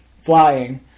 flying